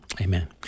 amen